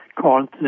called